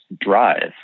drive